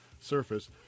surface